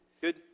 good